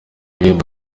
ibihembo